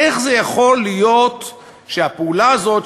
איך זה יכול להיות שהפעולה הזאת,